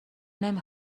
نمی